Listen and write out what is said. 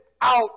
out